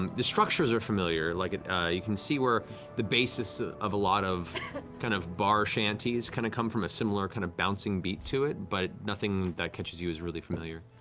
um the structures are familiar. like familiar. ah you can see where the basis ah of a lot of kind of bar shanties kind of come from a similar kind of bouncing beat to it, but nothing that catches you as really familiar.